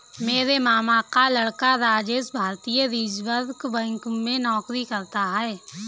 मेरे मामा का लड़का राजेश भारतीय रिजर्व बैंक में नौकरी करता है